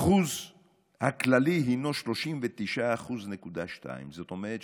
האחוז הכללי הינו 39.2%, זאת אומרת